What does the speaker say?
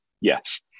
Yes